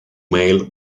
male